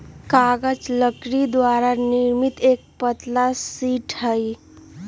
कागज लकड़ी द्वारा निर्मित एक पतला शीट हई